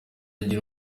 agira